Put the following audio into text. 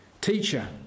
Teacher